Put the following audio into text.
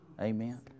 Amen